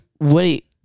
Wait